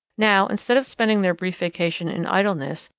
now, instead of spending their brief vacation in idleness,